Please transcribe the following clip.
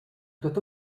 doit